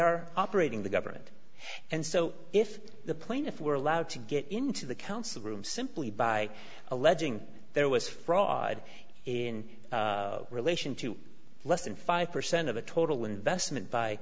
are operating the government and so if the plaintiff were allowed to get into the council room simply by alleging there was fraud in relation to less than five percent of the total investment by